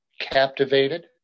captivated